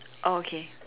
oh okay